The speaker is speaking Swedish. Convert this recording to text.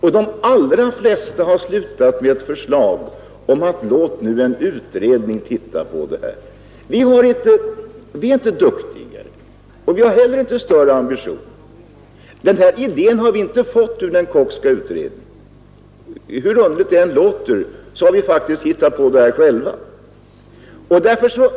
och de allra flesta har slutat med ett förslag om att en utredning skall få se på frågan. Vi är inte duktigare, och vi har inte heller större ambitioner. Vi har inte fått vår idé från den Kockska utredningen. Hur underligt det än låter, har vi faktiskt själva kommit på detta förslag.